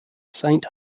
saint